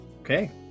Okay